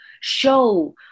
show